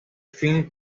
filme